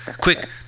quick